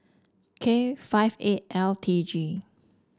K five eight L T G